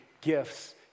gifts